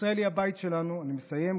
ישראל היא הבית שלנו, אני מסיים.